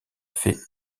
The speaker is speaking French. fait